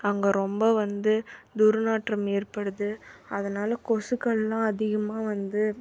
அங்கே ரொம்ப வந்து துர்நாற்றம் ஏற்படுது அதனால் கொசுக்களெலாம் அதிகமாக வந்து